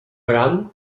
bram